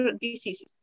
diseases